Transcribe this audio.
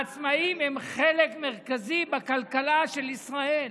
העצמאים הם חלק מרכזי בכלכלה של ישראל,